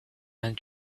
and